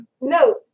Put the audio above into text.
No